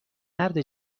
مرد